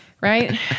right